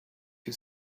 you